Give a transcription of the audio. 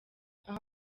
aho